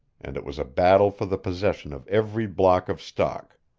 and it was a battle for the possession of every block of stock.